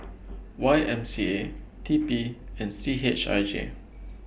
Y M C A T P and C H I J